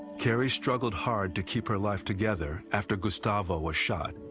caheri struggled hard to keep her life together after gustavo was shot.